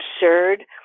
absurd